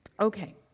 Okay